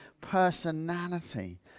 personality